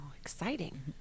exciting